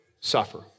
suffer